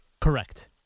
correct